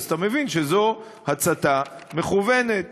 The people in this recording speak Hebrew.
אתה מבין שזו הצתה מכוונת,